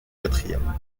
quatrième